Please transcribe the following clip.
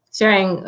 sharing